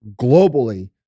globally